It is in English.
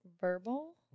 Verbal